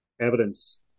evidence